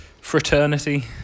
fraternity